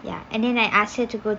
ya and then I ask her to go